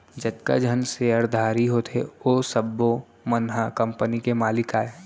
जतका झन ह सेयरधारी होथे ओ सब्बो मन ह कंपनी के मालिक अय